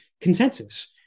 consensus